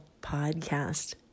Podcast